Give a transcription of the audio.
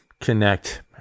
connect